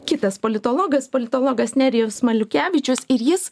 kitas politologas politologas nerijus maliukevičius ir jis